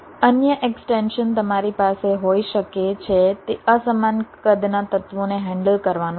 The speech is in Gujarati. અન્ય એક્સ્ટેંશન તમારી પાસે હોઈ શકે છે તે અસમાન કદના તત્વોને હેન્ડલ કરવાનું છે